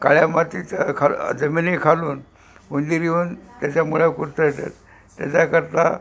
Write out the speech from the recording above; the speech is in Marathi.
काळ्या मातीच्या खाली जमिनी खालून उंदीर येऊन त्याच्या मुळ्या कुरतडतात त्याच्याकरता